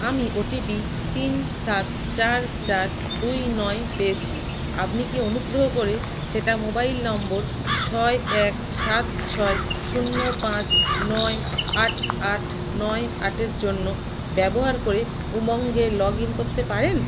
আমি ওটিপি তিন সাত চার চার দুই নয় পেয়েছি আপনি কি অনুগ্রহ করে সেটা মোবাইল নম্বর ছয় এক সাত ছয় শূন্য পাঁচ নয় আট আট নয় আটের জন্য ব্যবহার করে উমঙে লগ ইন করতে পারেন